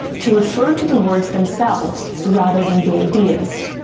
to refer to the words themselves, rather than the ideas.